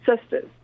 sisters